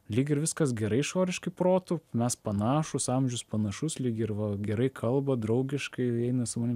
lyg ir viskas gerai išoriškai protu mes panašūs amžius panašus lyg ir va gerai kalba draugiškai eina su manim